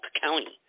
County